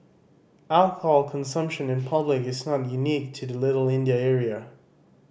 alcohol consumption in public is not unique to the Little India area